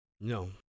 No